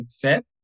fit